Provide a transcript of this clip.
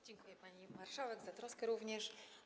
Dziękuję, pani marszałek, za troskę również.